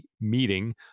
meeting